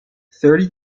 thirty